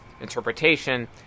interpretation